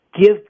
Give